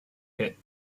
hit